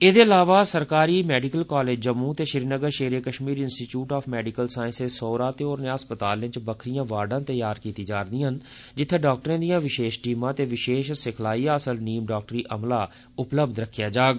एहदे इलावा सरकारी मैडिकल कालेज जम्मू ते Srinagar Shere Kashmir institute of medical sciences Soura ते होरने अस्पतालें च बक्खरियां बार्डा तैआर कीतियां जा' रदियां न जित्थैं डाक्टरें दियां विशेष टीमां ते विशेष सिखलाई हासल नीम डाक्टरी अमला बी उपलब्ध रखेआ जाग